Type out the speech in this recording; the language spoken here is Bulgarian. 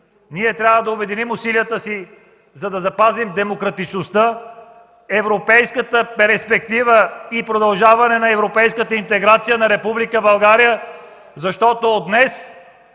ние трябва да обединим усилията си, за да запазим демократичността, европейската перспектива и продължаване на европейската интеграция на Република България,